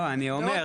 לא אני אומר,